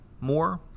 more